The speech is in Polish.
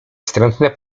wstrętne